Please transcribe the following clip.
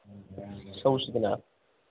ꯆꯠꯂꯨꯁꯤꯗꯅ